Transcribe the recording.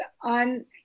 on